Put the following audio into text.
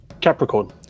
Capricorn